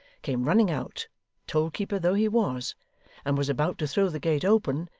came running out toll-keeper though he was and was about to throw the gate open,